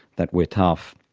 that we're tough.